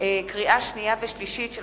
ההנחה לקריאה שנייה וקריאה שלישית של